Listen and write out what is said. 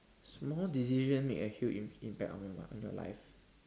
small decision make a huge im~ impact on your life on your life